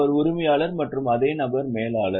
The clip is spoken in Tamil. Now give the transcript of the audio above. அவர் உரிமையாளர் மற்றும் அதே நபர் மேலாளர்